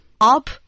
up